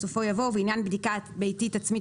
בסופו יבוא "ובעניין בדיקה ביתית עצמית